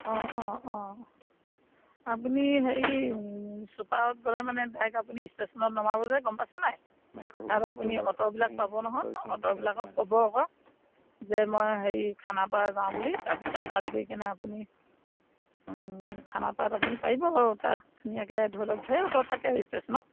অঁ অঁ অঁ আপুনি হেৰি ছুপাৰত গ'লে মানে ডাইৰেক্ট আপুনি ষ্টেচনত নমাব যে গম পাইছে নাই তাত আপুনি অট'বিলাক পাব নহয় অট'বিলাকক ক'ব আকৌ যে মই হেৰি খানাপাৰা যাওঁ বুলি তাৰপিছত তাত গৈ কেনে আপুনি খানাপাৰাত আপুনি পাৰিব বাৰু তাত ধুনীয়াকৈ ধৰি লওক ধেৰ অটো থাকে ষ্টেচনত